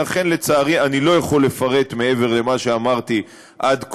ולכן לצערי אני לא יכול לפרט מעבר למה שאמרתי עד כה,